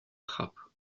trappes